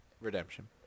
redemption